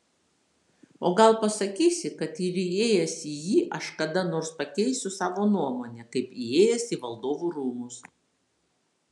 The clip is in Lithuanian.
o gal pasakysi kad ir įėjęs į jį aš kada nors pakeisiu savo nuomonę kaip įėjęs į valdovų rūmus